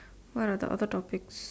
what are the other topics